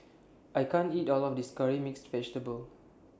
I can't eat All of This Curry Mixed Vegetable